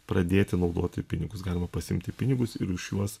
pradėti naudoti pinigus galima pasiimti pinigus ir už juos